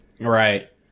Right